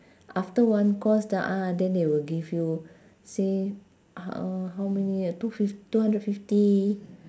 after one course t~ uh then they will give you say uh how many uh two fift~ two hundred fifty